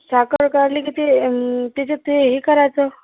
साखर काढली की ती त्याच्यात ते हे करायचं